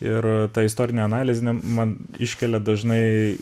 ir ta istorinė analizė man iškelia dažnai